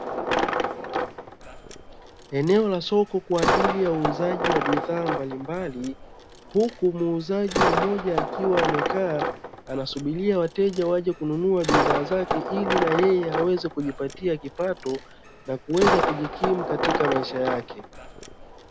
Eneo la soko kwa ajili ya uuzaji wa bidhaa mbalimbali, huku muuzaji mmoja akiwa amekaa anasubiria wateja waje kununua bidhaa zake ili na yeye aweze kujipatia kipato na kuweza kujikimu katika maisha yake.